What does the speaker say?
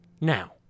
Now